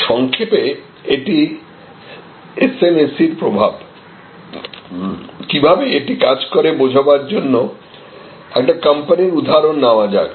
সংক্ষেপে এটি SMAC এর প্রভাব কীভাবে এটি কাজ করে বোঝাবার জন্য একটি কোম্পানির উদাহরণ নেওয়া যাক